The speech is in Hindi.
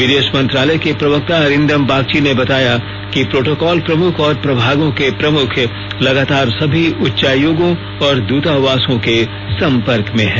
विदेश मंत्रालय के प्रवक्ता अरिंदम बागची ने बताया कि प्रोटोकॉल प्रमुख और प्रभागों के प्रमुख लगातार सभी उच्चायोगों और द्रतावासों के संपर्क में हैं